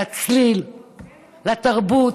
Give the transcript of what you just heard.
לצליל, לתרבות,